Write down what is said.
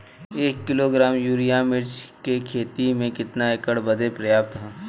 एक kilogram urea मिर्च क खेती में कितना एकड़ बदे पर्याप्त ह?